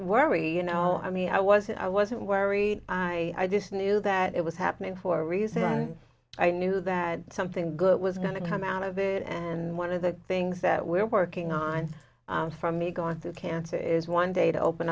worry you know i mean i wasn't i wasn't worried i just knew that it was happening for a reason and i knew that something good was going to come out of it and one of the things that we're working on from me going through cancer is one day to open